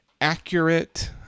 accurate